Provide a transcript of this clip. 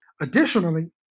Additionally